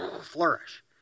flourish